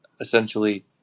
essentially